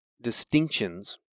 distinctions